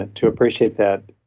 and to appreciate that.